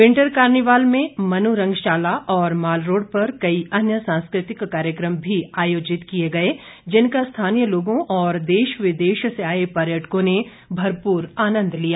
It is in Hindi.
विंटर कार्निवाल में आज मनु रंगशाला और मालरोड़ पर कई अन्य सांस्कृतिक कार्यक्रम भी आयोजित किए गए जिनका स्थानीय लोगों और देश विदेश से आए पर्यटकों ने भरपूर आनंद लिया